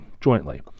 jointly